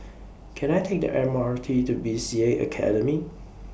Can I Take The M R T to B C A Academy